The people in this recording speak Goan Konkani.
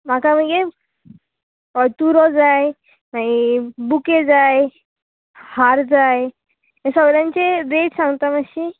म्हाका मागीर हो तुरो जाय मागी बुके जाय हार जाय हे सगळ्यांचे रेट सांगता मातशी